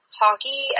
hockey